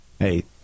Hey